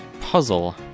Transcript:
Puzzle